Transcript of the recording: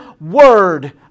word